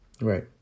Right